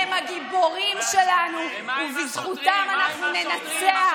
הם הגיבורים שלנו, ובזכותם אנחנו ננצח.